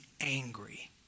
angry